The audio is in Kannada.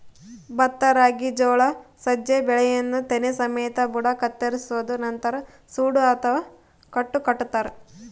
ಭತ್ತ ರಾಗಿ ಜೋಳ ಸಜ್ಜೆ ಬೆಳೆಯನ್ನು ತೆನೆ ಸಮೇತ ಬುಡ ಕತ್ತರಿಸೋದು ನಂತರ ಸೂಡು ಅಥವಾ ಕಟ್ಟು ಕಟ್ಟುತಾರ